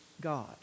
God